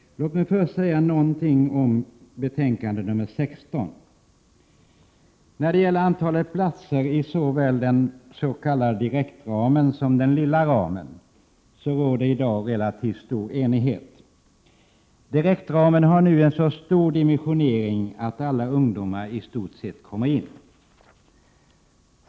Låt mig först säga något om betänkande nr 16. När det gäller antalet platser i såväl den s.k. direktramen som den lilla ramen råder i dag relativt stor enighet. Direktramen har nu en så stor dimensionering att i stort sett alla ungdomar kommer in.